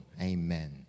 Amen